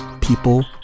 people